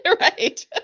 Right